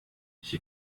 she